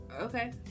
Okay